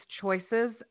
choices